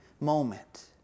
moment